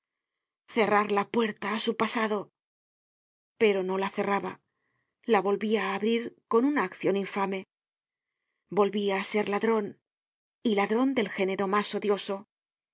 cerrar la puerta á su pasado pero no la cerraba la volvia á abrir con una accion infame volvia á ser ladron y ladron del género mas odioso